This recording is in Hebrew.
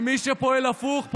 מי שפועל הפוך,